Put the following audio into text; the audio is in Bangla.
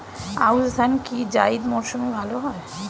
আউশ ধান কি জায়িদ মরসুমে ভালো হয়?